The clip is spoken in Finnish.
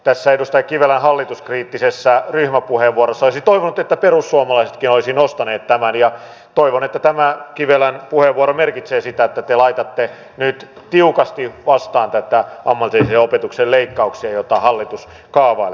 tässä edustaja kivelän hallituskriittisessä ryhmäpuheenvuorossa olisi toivonut että perussuomalaisetkin olisivat nostaneet tämän ja toivon että tämä kivelän puheenvuoro merkitsee sitä että te laitatte nyt tiukasti vastaan näitä ammatillisen opetuksen leikkauksia joita hallitus kaavailee